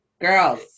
Girls